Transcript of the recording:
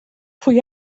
pwy